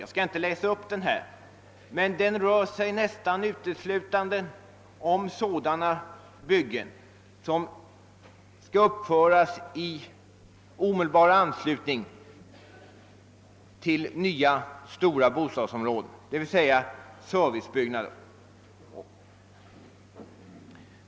Jag skall inte här läsa upp listan över de byggnadsarbeten som bör prioriteras, men jag vill framhålla att det nästan uteslutande rör sig om sådana byggen som skall uppföras i omedelbar anslutning till nya stora bostadsområden, d.v.s. servicebyggnader.